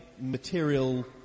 material